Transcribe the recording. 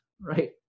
right